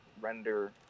render